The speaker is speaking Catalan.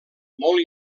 molt